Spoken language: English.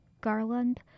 Garland